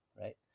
right